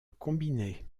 combinées